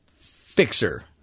fixer